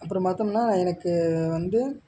அப்புறம் பார்த்தோம்னா எனக்கு வந்து